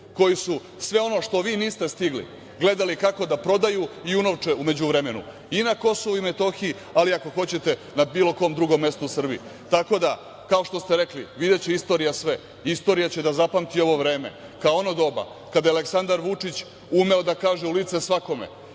koji su sve ono što vi niste stigli, gledali kako da prodaju i unovče u međuvremenu i na Kosovu i Metohiji, ali ako hoćete i na bilo kom drugom mestu u Srbiji. Tako da, kao što ste rekli – videće istorija sve. Istorija će da zapamti i ovo vreme, kao ono doba kada je Aleksandar Vučić umeo da kaže u lice svakome,